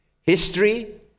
history